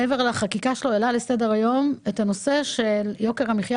מעבר לחקיקה שלו העלה לסדר היום את הנושא של יוקר המחיה